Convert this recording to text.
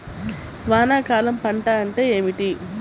వానాకాలం పంట అంటే ఏమిటి?